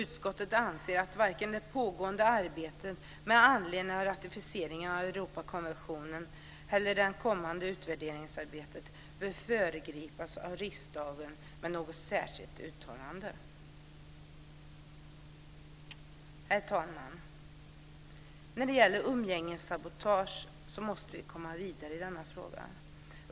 Utskottet anser att varken det pågående arbetet med anledning av ratificeringen av Europakonventionen eller det kommande utvärderingsarbetet bör föregripas av riksdagen med något särskilt uttalande. Herr talman! När det gäller frågan om umgängessabotage måste vi komma vidare.